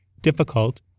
difficult